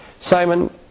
Simon